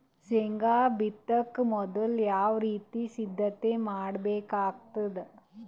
ಶೇಂಗಾ ಬಿತ್ತೊಕ ಮೊದಲು ಯಾವ ರೀತಿ ಸಿದ್ಧತೆ ಮಾಡ್ಬೇಕಾಗತದ?